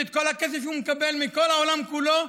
שאת כל הכסף שהוא מקבל מכל העולם כולו,